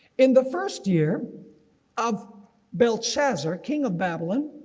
in the first year of belshazzar, king of babylon,